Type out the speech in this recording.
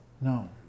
No